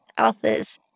authors